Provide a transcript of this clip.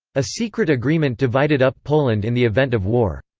a secret agreement divided up poland in the event of war.